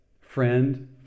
friend